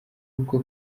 ubwo